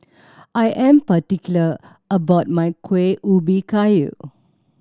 I am particular about my Kueh Ubi Kayu